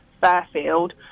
Fairfield